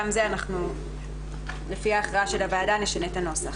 גם בזה לפי ההכרעה של הוועדה נשנה את הנוסח.